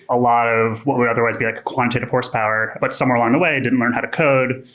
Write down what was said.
a lot of what would otherwise be like a quantitative horsepower, but somewhere along the way didn't learn how to code,